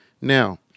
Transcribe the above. Now